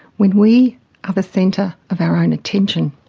when we are the centre of our own attention.